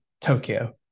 Tokyo